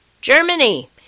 Germany